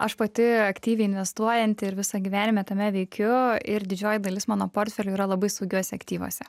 aš pati aktyviai investuojanti ir visą gyvenimą tame veikiu ir didžioji dalis mano portfelių yra labai saugiuose aktyvuose